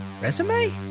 resume